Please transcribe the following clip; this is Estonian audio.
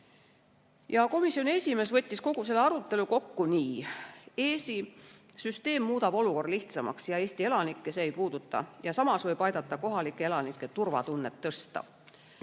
Komisjoni esimees võttis kogu selle arutelu kokku nii: EES‑i süsteem muudab olukorra lihtsamaks ja Eesti elanikke see ei puuduta, samas võib see aidata kohalike elanike turvatunnet tõsta.